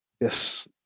Yes